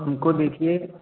हमको देखिए